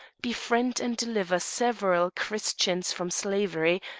befriend and deliver several christians from slavery,